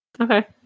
Okay